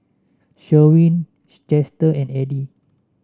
Sherwin Chester and Eddie